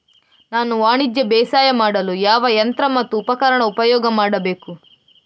ನಾನು ವಾಣಿಜ್ಯ ಬೇಸಾಯ ಮಾಡಲು ಯಾವ ಯಂತ್ರ ಮತ್ತು ಉಪಕರಣ ಉಪಯೋಗ ಮಾಡಬೇಕು?